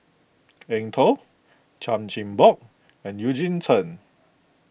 Eng Tow Chan Chin Bock and Eugene Chen